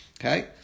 Okay